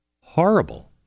Horrible